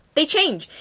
they change.